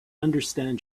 understand